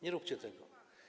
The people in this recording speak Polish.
Nie róbcie tego.